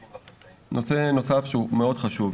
נושא נוסף שהוא מאוד חשוב,